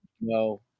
No